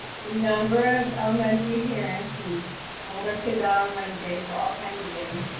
number of elementary parents who pull their kids out on wednesdays for all kinds of things,